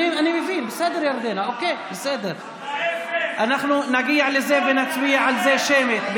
ההפך, אנחנו נגיע לזה ונצביע על זה שמית.